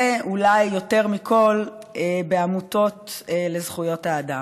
ואולי יותר מכול, בעמותות לזכויות האדם.